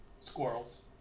Squirrels